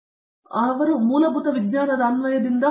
ಶ್ರೀಕಾಂತ್ ವೇದಾಂತಮ್ ಆದ್ದರಿಂದ ಮೂಲಭೂತ ವಿಜ್ಞಾನದ ಅನ್ವಯದಿಂದ